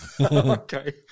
Okay